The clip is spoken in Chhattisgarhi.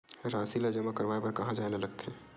राशि ला जमा करवाय बर कहां जाए ला लगथे